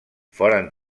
foren